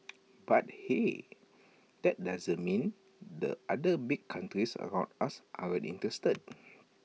but hey that doesn't mean the other big countries around us aren't interested